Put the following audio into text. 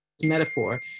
metaphor